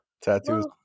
tattoos